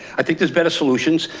i think there's better solutions.